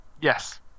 Yes